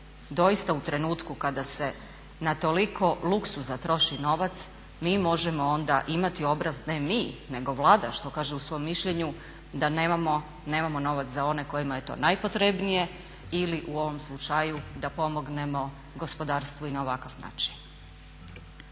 doista u trenutku kada se na toliko luksuza troši novac mi možemo onda imati obraz, ne mi nego Vlada što kaže u svom mišljenju da nemamo novac za one kojima je to najpotrebnije ili u ovom slučaju da pomognemo gospodarstvo i na ovakav način.